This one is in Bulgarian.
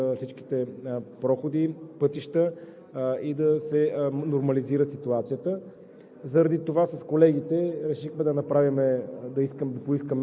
в желанието на институциите да отворят всички проходи и пътища и да се нормализира ситуацията.